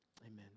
Amen